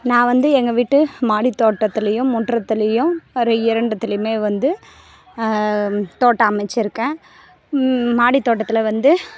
நான் வந்து எங்கள் வீட்டு மாடி தோட்டத்திலையும் முற்றத்திலையும் வேறு இரண்டுத்துலையுமே வந்து தோட்டம் அமைச்சுருக்கேன் மாடி தோட்டத்தில் வந்து